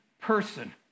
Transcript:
person